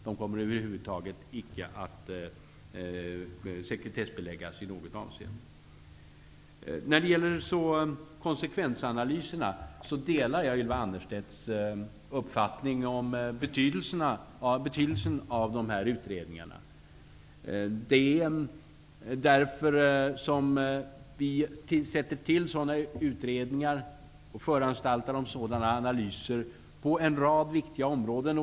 De kommer över huvud taget icke att sekretessbeläggas i något avseende. När de gäller konsekvensanalyserna, delar jag Ylva Annerstedts uppfattning om betydelsen av de här utredningarna. Det är därför som vi tillsätter utredningar och föranstaltar om analyser på en rad viktiga områden.